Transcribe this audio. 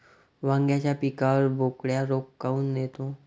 वांग्याच्या पिकावर बोकड्या रोग काऊन येतो?